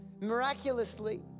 miraculously